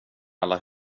alla